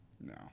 No